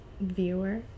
viewer